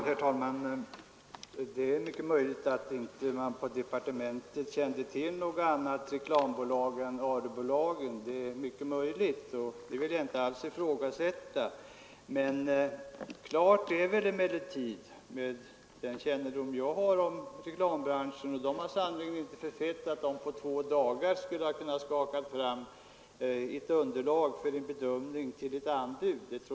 Herr talman! Det är möjligt att man i departementet inte kände till något annat reklam bolag än Arebolagen — det vill jag inte alls ifrågasätta. Klart är emellertid — med den kännedom jag har om reklambranschen — att inget reklamföretag förfäktat att man på två dagar skulle kunna skaka fram underlag för ett anbud.